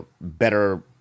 better